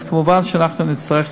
אז מובן שאנחנו נצטרך,